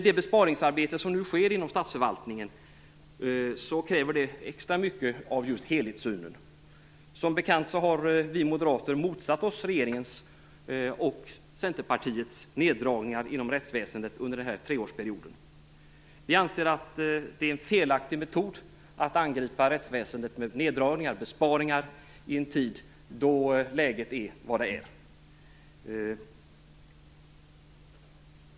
Det besparingsarbete som nu sker inom statsförvaltningen kräver extra mycket av en helhetssyn. Som bekant har vi moderater motsatt oss regeringens och Centerpartiets neddragningar inom rättsväsendet under den här treårsperioden. Vi anser att det är en felaktig metod att angripa rättsväsendet med neddragningar, besparingar, då läget är som det är.